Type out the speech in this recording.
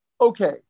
okay